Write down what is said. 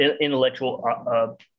intellectual